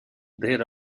there